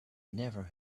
never